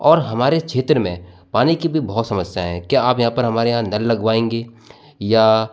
और हमारे क्षेत्र में पानी की भी बहुत समस्या है क्या आप यहां पर हमारे यहाँ नल लगवाएंगे या